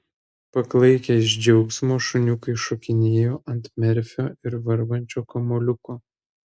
paklaikę iš džiaugsmo šuniukai šokinėjo ant merfio ir varvančio kamuoliuko